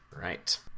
right